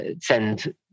send